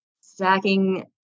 stacking